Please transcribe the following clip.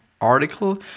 article